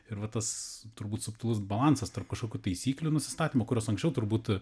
ir va tas turbūt subtilus balansas tarp kažkokių taisyklių nusistatymo kurios anksčiau turbūt